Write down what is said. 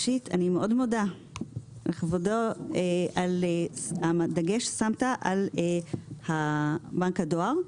אני מאוד מודה לכבודו על הדגש ששמת על בנק הדואר.